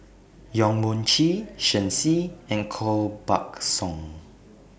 Yong Mun Chee Shen Xi and Koh Buck Song